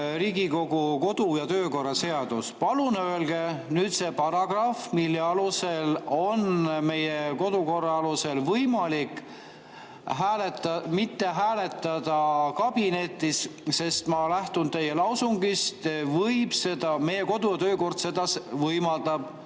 Riigikogu kodu- ja töökorra seadus. Palun öelge nüüd see paragrahv, mille alusel on meie kodukorra alusel võimalik mitte hääletada kabinetis, sest – ma lähtun teie lausungist – meie kodu- ja töökord seda võimaldab,